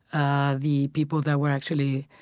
ah the people that were actually